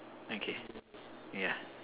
okay yeah